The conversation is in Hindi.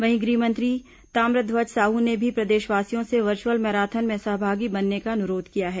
वहीं गृह मंत्री ताम्रध्वज साहू ने भी प्रदेशवासियों से वर्चुअल मैराथन में सहभागी बनने का अनुरोध किया है